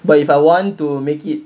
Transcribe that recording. but if I want to make it